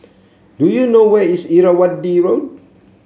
do you know where is Irrawaddy Road